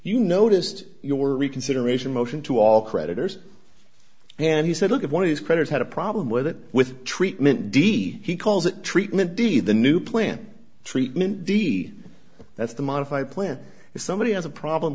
you noticed your reconsideration motion to all creditors and he said look at one of these credits had a problem with it with treatment d he calls it treatment d the new plan treatment d that's the modify plan if somebody has a problem